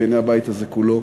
בעיני הבית הזה כולו.